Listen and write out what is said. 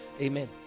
Amen